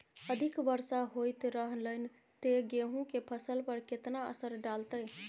अधिक वर्षा होयत रहलनि ते गेहूँ के फसल पर केतना असर डालतै?